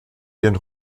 ihren